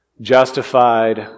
justified